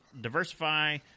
diversify